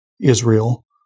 Israel